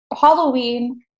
Halloween